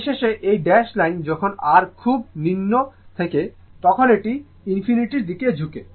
পরিশেষে এই dash line যখন R খুব নিম্ন থাকে তখন এটি ইনফিনিটির দিকে ঝুঁকছে